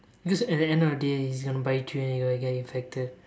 because at the end of the day he's gonna bite you and you will get infected